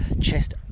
chest